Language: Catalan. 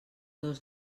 dos